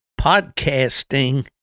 Podcasting